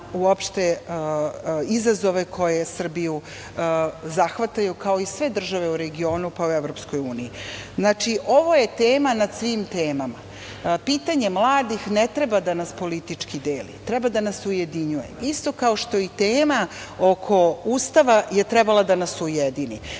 na izazove koje Srbiju zahvataju kao i sve države u regionu, pa i u EU.Znači, ovo je tema nad svim temama, pitanje mladih ne treba da nas politički deli, treba da nas ujedinjuje, isto kao što i tema oko Ustava je trebala da nas ujedini.